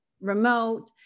remote